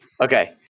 okay